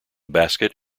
basket